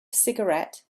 cigarette